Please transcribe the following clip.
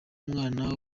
mwana